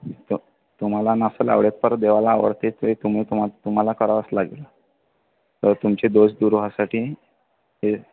त तुम्हाला नसला आवडेत पर देवाला आवडते ते तूही तुमा तुम्हाला करावंच लागेल तर तुमचे दोष दूर होण्यासाठी ते